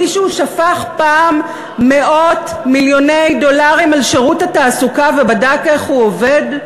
מישהו שפך פעם מאות מיליוני דולרים על שירות התעסוקה ובדק איך הוא עובד?